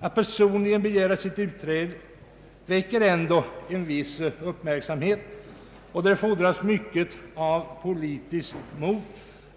Det väcker ändå en viss uppmärksamhet att personligen begära sitt utträde, och det fordras mycket av politiskt mod